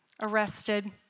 arrested